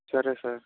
సరే సార్